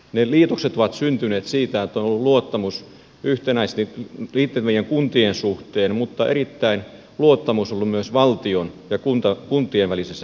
ne liitokset ovat syntyneet siitä että on ollut luottamus yhteen liittyvien kuntien suhteen mutta erityinen luottamus on ollut myös valtion ja kuntien välisessä suhteessa